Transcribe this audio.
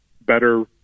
better